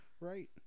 Right